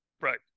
Right